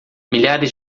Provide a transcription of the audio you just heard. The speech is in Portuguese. milhares